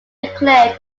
declared